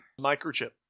Microchip